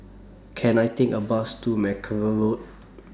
Can I Take A Bus to Mackerrow Road